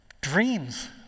dreams